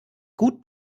gut